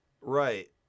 Right